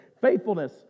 faithfulness